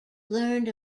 learned